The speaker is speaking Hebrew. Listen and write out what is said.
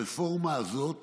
הרפורמה הזאת